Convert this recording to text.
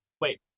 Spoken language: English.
wait